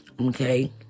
Okay